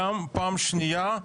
גם פעם שנייה,